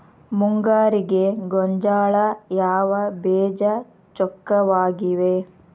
ಮುಂಗಾರಿಗೆ ಗೋಂಜಾಳ ಯಾವ ಬೇಜ ಚೊಕ್ಕವಾಗಿವೆ?